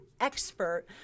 expert